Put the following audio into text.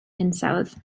hinsawdd